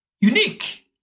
unique